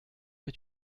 que